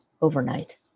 overnight